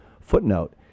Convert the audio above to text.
footnote